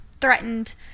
threatened